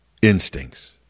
Instincts